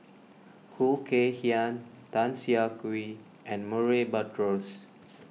Khoo Kay Hian Tan Siah Kwee and Murray Buttrose